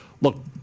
Look